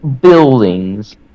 Buildings